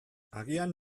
agian